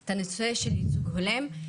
את הנושא של ייצוג הולם.